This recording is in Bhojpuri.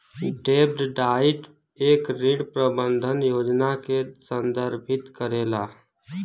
डेब्ट डाइट एक ऋण प्रबंधन योजना के संदर्भित करेला